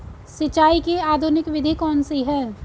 सिंचाई की आधुनिक विधि कौन सी है?